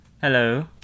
Hello